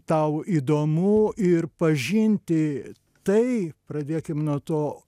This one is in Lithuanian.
tau įdomu ir pažinti tai pradėkim nuo to